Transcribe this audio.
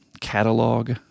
catalog